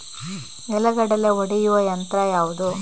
ನೆಲಗಡಲೆ ಒಡೆಯುವ ಯಂತ್ರ ಯಾವುದು?